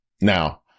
Now